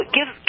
Give